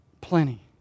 plenty